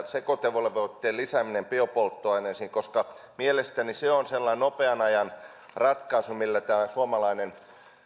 sekoitevelvoitteen lisäämisen biopolttoaineisiin koska mielestäni se on sellainen nopean ajan ratkaisu millä tämä suomalainen